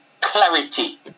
clarity